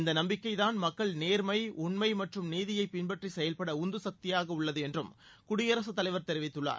இந்த நம்பிக்கைதான் மக்கள் நேர்ஸம உண்ஸம மற்றும் நீதியைப் பின்பற்றி செயல்பட உந்துசக்தியாக உள்ளது என்றும் குடியரசு தலைவர் தெரிவித்துள்ளார்